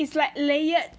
is like layered